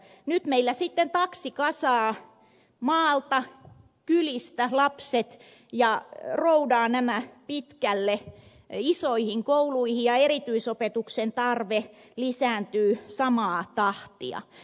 nyt meillä sitten taksi kasaa maalta kylistä lapset ja roudaa nämä pitkälle isoihin kouluihin ja erityisopetuksen tarve lisääntyy samaa tahtia